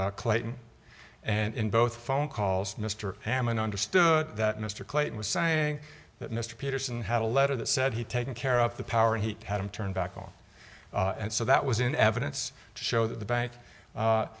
but clayton and in both phone calls mr hammond understood that mr clayton was saying that mr peterson had a letter that said he taking care of the power he had to turn back on and so that was in evidence to show that the